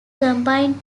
combined